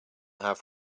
have